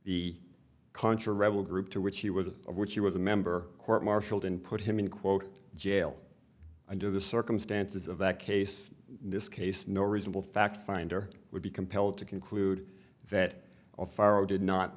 the contra rebel group to which he was of which he was a member court martialled and put him in quote jail under the circumstances of that case in this case no reasonable fact finder would be compelled to conclude that did not